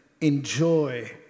enjoy